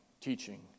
teaching